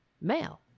male